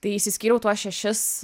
tai išsiskyriau tuos šešis